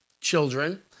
children